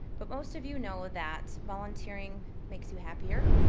but most of you know that volunteering makes you happier.